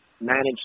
managed